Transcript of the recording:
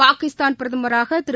Pakistan பிரதமராகதிரு